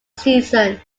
season